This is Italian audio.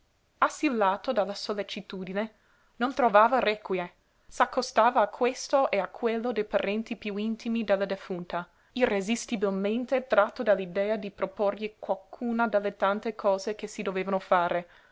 assillato dalla sollecitudine non trovava requie s'accostava a questo e a quello dei parenti piú intimi della defunta irresistibilmente tratto dall'idea di proporgli qualcuna delle tante cose che si dovevano fare